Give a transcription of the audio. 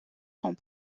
sont